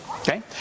okay